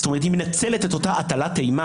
זאת אומרת היא מנצלת את אותה הטלת אימה